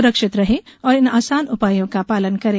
सुरक्षित रहें और इन आसान उपायों का पालन करें